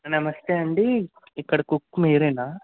నమస్తే ఆండీ ఇక్కడ కుక్ మీరేనా